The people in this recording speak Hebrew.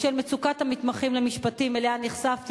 בשל מצוקת המתמחים למשפטים שאליה נחשפתי,